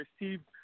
received